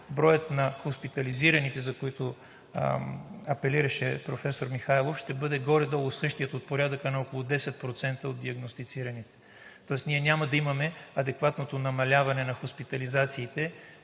броят на хоспитализираните, за които апелираше професор Михайлов, ще бъде горе-долу същият – от порядъка на 10% от диагностицираните, и няма да имаме адекватното намаляване на хоспитализациите,